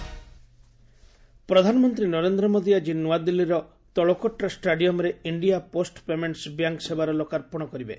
PM India post ପ୍ରଧାନମନ୍ତ୍ରୀ ନରେନ୍ଦ୍ର ମୋଦି ଆଜି ନୂଆଦିଲ୍ଲୀର ତ ଳକୋଟ୍ରା ଷ୍ଟାଡିୟମ୍ରେ ଇଣ୍ଡିଆ ପୋଷ୍ଟ ପେମେଣ୍ଟସ୍ ବ୍ୟାଙ୍କ୍ ସେବାର ଲୋକାର୍ପଣ କରିବେ